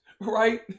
right